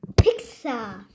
pizza